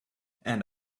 and